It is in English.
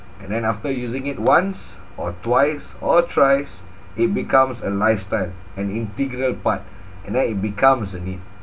and then after using it once or twice or thrice it becomes a lifestyle an integral part and then it becomes a need